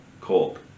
cold